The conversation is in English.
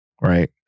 right